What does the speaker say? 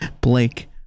Blake